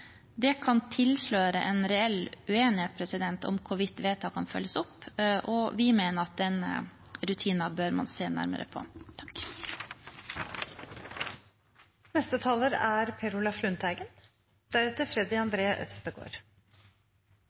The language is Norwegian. Det kan tilsløre en reell uenighet om hvorvidt vedtakene følges opp, og vi mener at denne rutinen bør man se nærmere på.